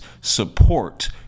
support